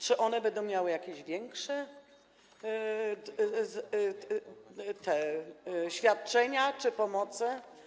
Czy one będą miały jakieś większe świadczenia czy pomoce?